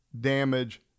damage